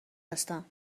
هستم